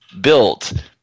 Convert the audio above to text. built